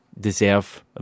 deserve